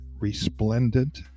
Resplendent